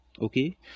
Okay